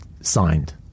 signed